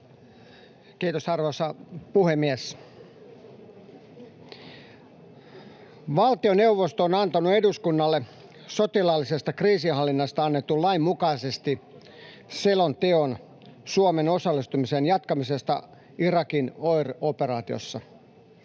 Kiitos, arvoisa puhemies! Valtioneuvosto on antanut eduskunnalle sotilaallisesta kriisinhallinnasta annetun lain mukaisesti selonteon Suomen osallistumisen jatkamisesta Irakin OIR-operaatiossa.